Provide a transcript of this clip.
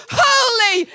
holy